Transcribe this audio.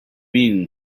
mean